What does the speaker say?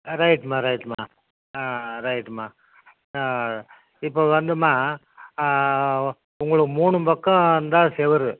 ரைட்டும்மா ரைட்டும்மா ரைட்டும்மா இப்போ வந்தும்மா உங்களுக்கு மூணு பக்கம் தான் செவுரு